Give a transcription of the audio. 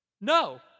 No